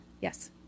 Yes